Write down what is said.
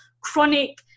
chronic